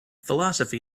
philosophy